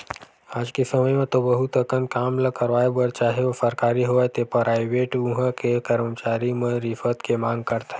आज के समे म तो बहुत अकन काम ल करवाय बर चाहे ओ सरकारी होवय ते पराइवेट उहां के करमचारी मन रिस्वत के मांग करथे